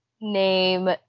name